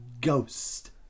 ghost